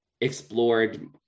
explored